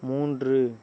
மூன்று